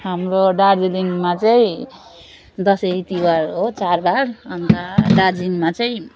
हाम्रो दार्जिलिङमा चाहिँ दसैँ तिहार हो चाडबाड अन्त दार्जिलिङमा चाहिँ